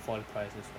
for the prices